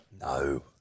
No